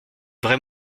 vraie